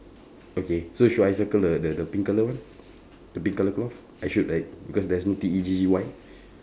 okay so should I circle the the the pink colour one the pink colour cloth I should right cause there is no T E G G Y